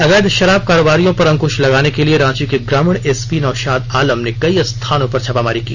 अवैध शराब कारोबारियों पर अंकुश लगाने के लिए रांची के ग्रामीण एसपी नौशाद आलम ने कई स्थानों पर छापामारी की